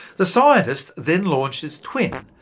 the scientists then launched its twin,